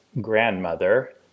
grandmother